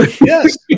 yes